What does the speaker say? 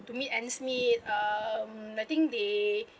to meet ends need um I think they